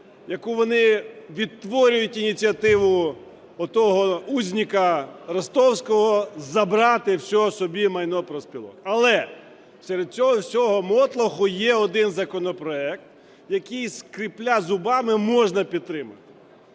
яку вони відтворюють ініціативу отого узника ростовского – забрати все собі майно профспілок. Але серед цього всього мотлоху є один законопроект, який скрепя зубами можна підтримати.